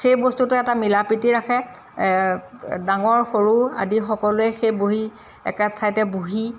সেই বস্তুটোৱে এটা মিলা প্ৰীতি ৰাখে ডাঙৰ সৰু আদি সকলোৱে সেই বহি একে ঠাইতে বহি